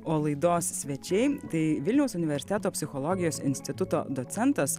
o laidos svečiai tai vilniaus universiteto psichologijos instituto docentas